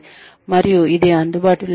మరియు ఇది అందుబాటులో ఉంది